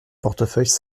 portefeuille